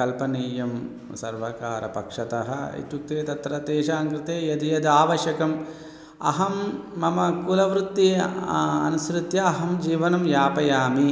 कल्पनीयं सर्वकारपक्षतः इत्युक्ते तत्र तेषां कृते यद्यद् आवश्यकम् अहं मम कुलवृत्तिम् अनुसृत्य अहं जीवनं यापयामि